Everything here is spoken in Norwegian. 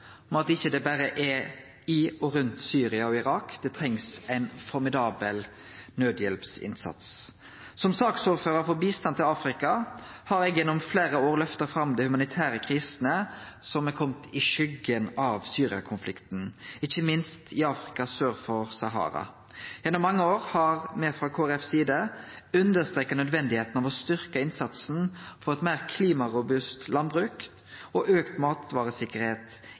om at det ikkje er berre i og rundt Syria og Irak det trengst ein formidabel nødhjelpsinnsats. Som saksordførar for bistand til Afrika har eg gjennom fleire år løfta fram dei humanitære krisene som er komne i skuggen av Syria-konflikten, ikkje minst i Afrika sør for Sahara. Gjennom mange år har me frå Kristeleg Folkeparti si side understreka nødvendigheita av å styrkje innsatsen for eit meir klimarobust landbruk og